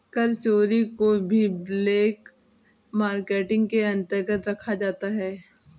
कर चोरी को भी ब्लैक मार्केटिंग के अंतर्गत रखा जाता है